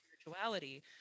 spirituality